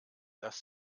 dass